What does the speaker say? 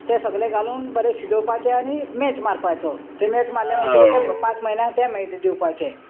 तें सगलें घालून बरें शिजोवपाचें आनी मॅच मारपाचो थंय मॅच मारलें म्हणटकूच तें पांच म्हयन्या तें मागीर दिवपाचें